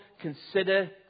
consider